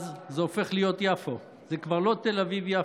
אז זה הופך להיות יפו, זה כבר לא תל אביב-יפו.